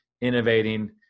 innovating